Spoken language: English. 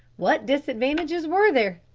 what disadvantages were there?